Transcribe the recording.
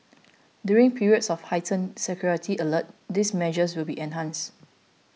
during periods of heightened security alert these measures will be enhanced